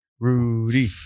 Rudy